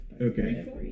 Okay